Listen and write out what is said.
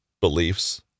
beliefs